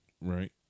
Right